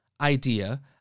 idea